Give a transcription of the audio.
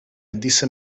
disse